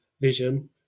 vision